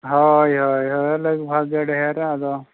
ᱦᱳᱭ ᱦᱳᱭ ᱦᱳᱭ ᱞᱟᱹᱜᱽ ᱵᱷᱟᱹᱜᱽ ᱜᱮ ᱰᱷᱮᱨᱟ ᱟᱫᱚ